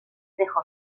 dejó